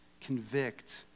convict